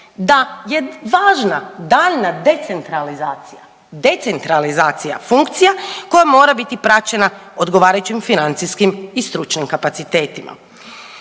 decentralizacija, decentralizacija funkcija koja mora biti praćena odgovarajućim financijskim i stručnim kapacitetima.